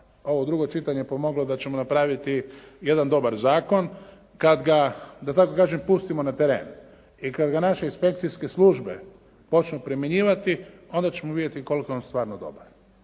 ovo drugo čitanje pomoglo da ćemo napraviti jedan dobar zakon kad ga da tako kažem pustimo na teren i kad ga naše inspekcijske službe počnu primjenjivati onda ćemo vidjeti koliko je on stvarno dobar.